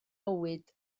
mywyd